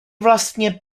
vlastně